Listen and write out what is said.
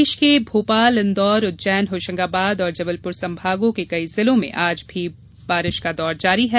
प्रदेश के भोपाल इंदौर उज्जैन होशंगाबाद और जबलपुर संभागों के कई जिलों में आज भी बारिश का दौर जारी है